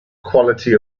quality